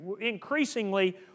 Increasingly